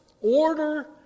order